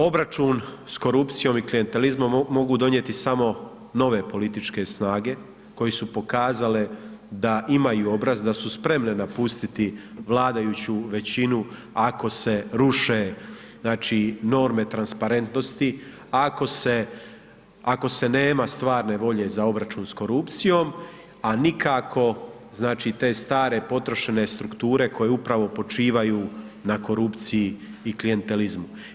Obračun s korupcijom i klijentelizmom mogu donijeti samo nove političke snage koje su pokazale da imaju obraz da su spremne napustiti vladajuću većinu ako se ruše znači norme transparentnosti, ako se nema stvarne volje za obračun s korupcijom, a nikako znači te stare potrošene strukture koje upravo počivaju na korupciji i klijentelizmu.